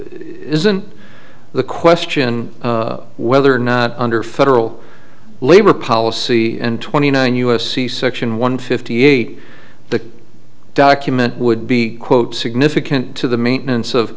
isn't the question whether or not under federal labor policy and twenty nine u s c section one fifty eight the document would be quote signature to the maintenance of